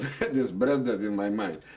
it is branded in my mind.